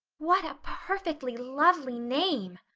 what a perfectly lovely name!